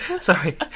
Sorry